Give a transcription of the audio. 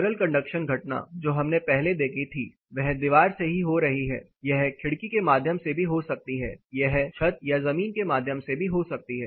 सरल कंडक्शन घटना जो हमने पहले देखी थी वह दीवार से हो रही है यह खिड़की के माध्यम से भी हो सकती है यह छत या जमीन के माध्यम से भी हो सकती है